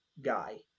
guy